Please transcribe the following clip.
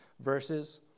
verses